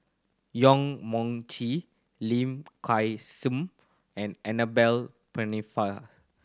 Yong Mun Chee Lim Kay Seng and Annabel Pennefather